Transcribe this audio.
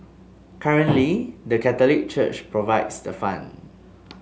currently the Catholic Church provides the funds